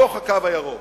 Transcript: בתוך "הקו הירוק".